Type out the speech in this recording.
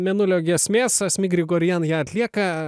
mėnulio giesmės asmik grigorian ją atlieka